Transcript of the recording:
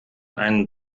ein